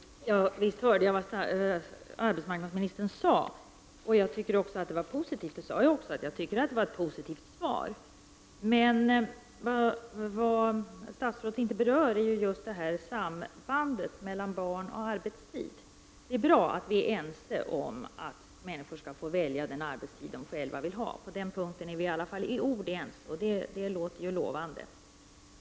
Fru talman! Visst hörde jag vad arbetsmarknadsministern sade, och jag tyckte att det var positivt. Jag sade också att jag tyckte att det var ett positivt svar. Statsrådet berörde emellertid inte sambandet mellan just barn och arbetstid. Det är bra att vi är överens om att människor skall få välja den arbetstid de själva vill ha. På den punkten är vi i alla fall i ord ense. Det låter lovande.